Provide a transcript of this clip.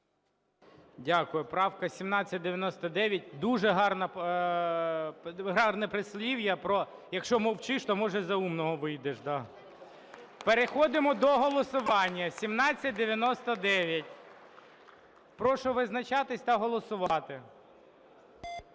Дякую. Правка 1799. Дуже гарне прислів’я про "якщо мовчиш, то може за умного вийдеш", да. Переходимо до голосування. 1799. Прошу визначатись та голосувати.